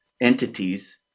entities